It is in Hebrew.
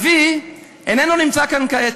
אבי איננו נמצא כאן כעת.